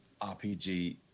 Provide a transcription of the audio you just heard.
RPG